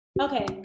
Okay